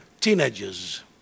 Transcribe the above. teenagers